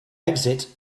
exit